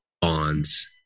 bonds